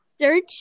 Search